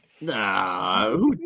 Nah